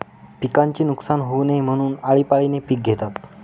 पिकाचे नुकसान होऊ नये म्हणून, आळीपाळीने पिक घेतात